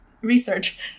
research